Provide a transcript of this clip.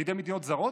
בידי מדינות זרות?